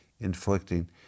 inflicting